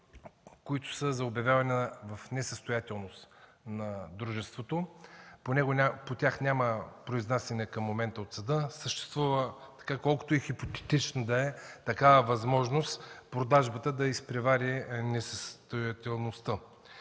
които са за обявяване в несъстоятелност на дружеството. По тях няма произнасяне към момента от съда. Колкото и хипотетично да е, съществува възможност продажбата да изпревари несъстоятелността.